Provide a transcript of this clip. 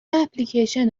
اپلیکیشن